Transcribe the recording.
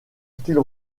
style